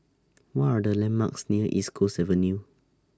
What Are The landmarks near East Coast Avenue